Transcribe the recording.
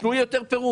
תנו יותר פירוט.